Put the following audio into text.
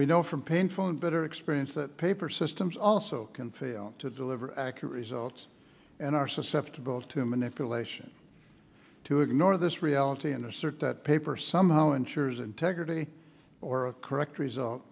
we know from painful and bitter experience that paper systems also can fail to deliver results and are susceptible to manipulation to ignore this reality and assert that paper somehow ensures integrity or a correct result